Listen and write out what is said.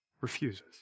Refuses